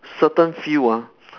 certain field ah